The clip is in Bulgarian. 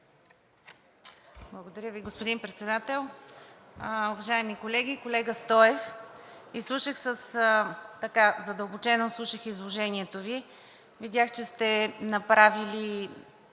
Благодаря Ви, господин Председател. Уважаеми колеги, колега Стоев! Задълбочено слушах изложението Ви. Видях, че сте направили